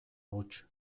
huts